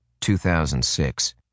2006